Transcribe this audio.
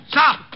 Stop